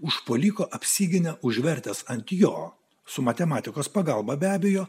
užpuoliko apsiginia užvertęs ant jo su matematikos pagalba be abejo